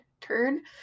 turn